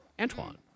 Antoine